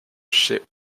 ship